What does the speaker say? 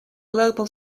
global